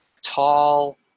tall